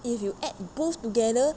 if you add both together